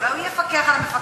אולי הוא יפקח על המפקחת.